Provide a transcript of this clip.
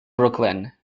brooklyn